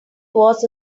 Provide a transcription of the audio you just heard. was